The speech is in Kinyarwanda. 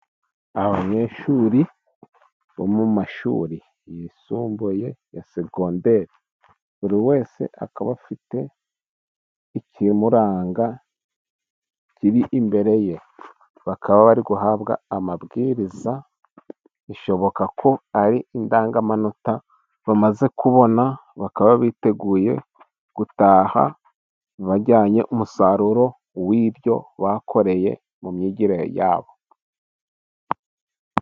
Abanyeshuri bo mu mashuri yisumbuye ya segonderi, buri wese akaba afite ikimuranga kiri imbere ye, bakaba bari guhabwa amabwiriza, bishoboka ko ari indangamanota bamaze kubona, bakaba biteguye gutaha bajyanye umusaruro w'ibyo bakoreye mu myigire yabo.